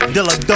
Dilla